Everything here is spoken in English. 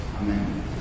Amen